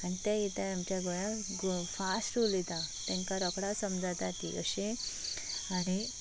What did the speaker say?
आनी तें कितें आमच्या गोंयांत फास्ट उलयतात तेंका रोकडो समजता ती अशें आनी